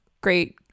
great